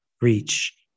reach